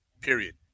period